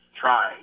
try